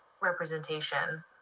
representation